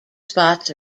spots